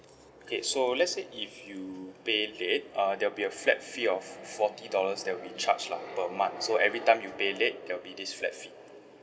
okay so let's say if you pay late err there will be a flat fee of forty dollars that will be charged lah per month so every time you pay late there will be this flat fee